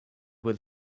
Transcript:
will